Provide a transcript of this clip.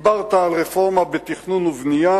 דיברת על רפורמה בתכנון ובנייה.